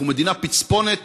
אנחנו מדינה פצפונת.